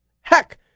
heck